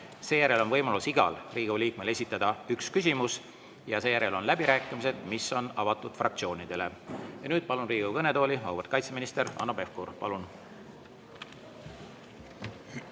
seejärel on võimalus igal Riigikogu liikmel esitada üks küsimus ja seejärel on läbirääkimised, mis on avatud fraktsioonidele. Ja nüüd palun Riigikogu kõnetooli auväärt kaitseministri Hanno Pevkuri. Palun!